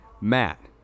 Matt